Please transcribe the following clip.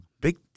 big –